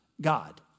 God